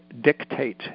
dictate